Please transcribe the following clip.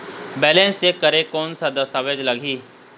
Balance check करें कोन सा दस्तावेज लगी?